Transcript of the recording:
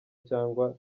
cyangwa